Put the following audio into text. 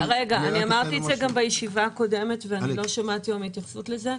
אמרתי את זה גם בישיבה הקודמת ואני לא שמעתי היום התייחסות לזה.